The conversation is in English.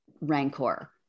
rancor